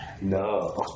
No